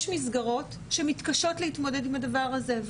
יש מסגרות שמתקשות להתמודד עם הדבר הזה,